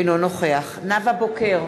אינו נוכח נאוה בוקר,